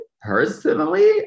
personally